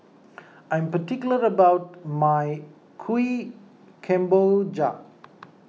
I am particular about my Kuih Kemboja